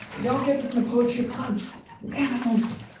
you don't get this in the poetry club animals!